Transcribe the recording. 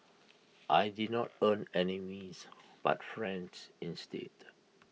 I did not earn enemies but friends instead